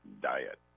diet